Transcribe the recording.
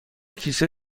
کیسه